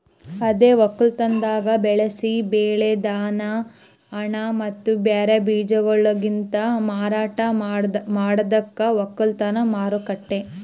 ಅದೇ ಒಕ್ಕಲತನದಾಗ್ ಬೆಳಸಿ ಬೆಳಿ, ಧಾನ್ಯ, ಹಣ್ಣ ಮತ್ತ ಬ್ಯಾರೆ ಬೀಜಗೊಳಲಿಂತ್ ಮಾರಾಟ ಮಾಡದಕ್ ಒಕ್ಕಲತನ ಮಾರುಕಟ್ಟೆ